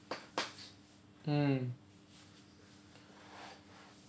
mm